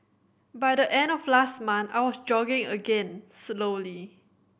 by the end of last month I was jogging again slowly